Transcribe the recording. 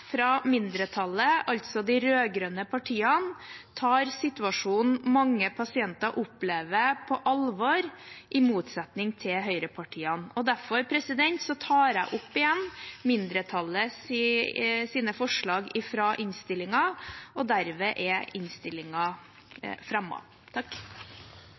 fra mindretallet, altså de rød-grønne partiene, tar situasjonen mange pasienter opplever, på alvor – i motsetning til høyrepartiene. Jeg tar opp mindretallets forslag i innstillingen. Da har representanten Ingvild Kjerkol tatt opp